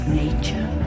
nature